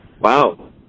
Wow